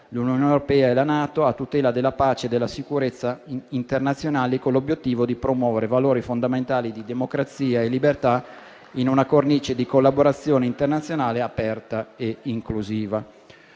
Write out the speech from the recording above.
l'Unione europea e la NATO, a tutela della pace e della sicurezza internazionale, con l'obiettivo di promuovere valori fondamentali di democrazia e libertà in una cornice di collaborazione internazionale aperta e inclusiva.